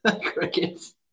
Crickets